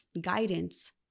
guidance